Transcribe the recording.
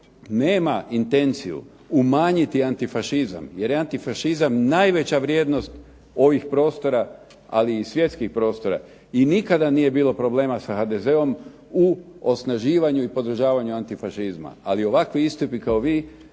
nema intenciju umanjiti antifašizam jer je antifašizam najveća vrijednost ovih prostora ali i svjetskih prostora i nikada nije bilo problema sa HDZ-om u osnaživanju i podržavanju antifašizma. Ali ovakvi istupi kao vi